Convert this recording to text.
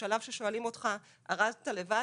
בשלב ששואלים אותך ארזת לבד?